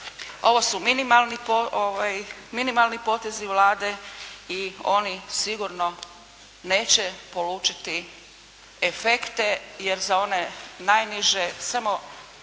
ovo su minimalni potezi Vlade i oni sigurno neće polučiti efekte, jer za one najniže samo